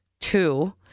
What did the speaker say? Two